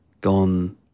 gone